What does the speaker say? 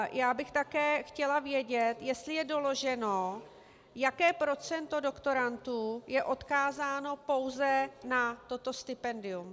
Já bych také chtěla vědět, jestli je doloženo, jaké procento doktorandů je odkázáno pouze na toto stipendium.